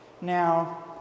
Now